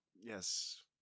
Yes